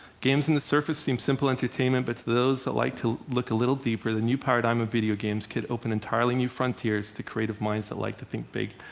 games on and the surface seem simple entertainment, but for those that like to look a little deeper, the new paradigm of video games could open entirely new frontiers to creative minds that like to think big.